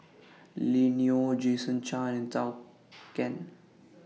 Lily Neo Jason Chan and Zhou Can